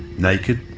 naked,